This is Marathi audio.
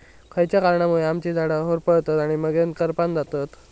खयच्या कारणांमुळे आम्याची झाडा होरपळतत आणि मगेन करपान जातत?